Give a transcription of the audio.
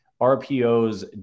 RPOs